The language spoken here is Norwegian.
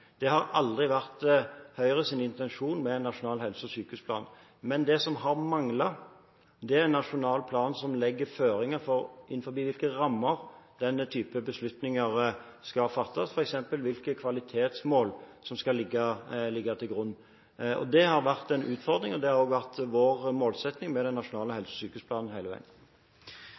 Det har aldri vært Høyres intensjon med en nasjonal helse- og sykehusplan. Men det som har manglet, er en nasjonal plan som legger føringer for hvilke rammer denne typen beslutninger skal fattes innenfor, f.eks. hvilke kvalitetsmål som skal ligge til grunn. Det har vært en utfordring, og det har også vært vår målsetting med den nasjonale helse- og sykehusplanen hele veien.